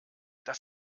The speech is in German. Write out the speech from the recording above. das